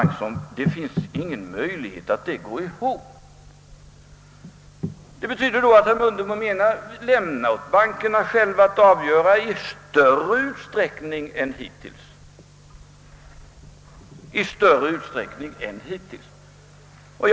Det finns ingen möjlighet att det resonemanget kan gå ihop. Herr Mundebo menar alltså att vi i större utsträckning än hittills skall lämna avgörandet till bankerna.